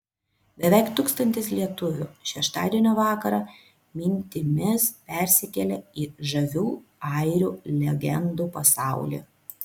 beveik tūkstantis lietuvių šeštadienio vakarą mintimis persikėlė į žavių airių legendų pasaulį